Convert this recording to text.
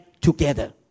together